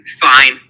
Fine